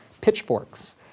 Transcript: pitchforks